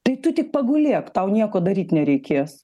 tai tu tik pagulėk tau nieko daryt nereikės